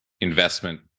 investment